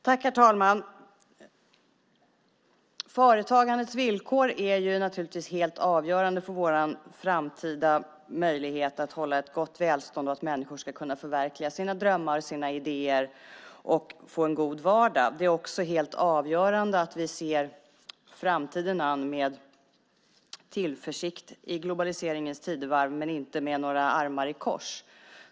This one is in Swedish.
Herr talman! Företagandets villkor är naturligtvis helt avgörande för vår framtida möjlighet att ha ett gott välstånd och att människor ska kunna förverkliga sina drömmar och sina idéer och få en god vardag. Det är också helt avgörande att vi ser framtiden an med tillförsikt i globaliseringens tidevarv men inte med några armar i kors.